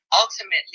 ultimately